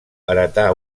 heretà